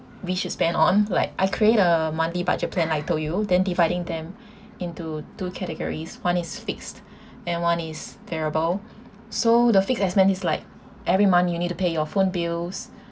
we should spend on like I create a monthly budget plan I told you then dividing them into two categories one is fixed and one is variable so the fix expenses like every month you need to pay your phone bills